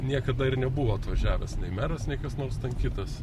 niekada ir nebuvo atvažiavęs nei meras nei kas nors kitas